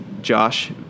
Josh